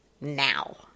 now